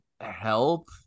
help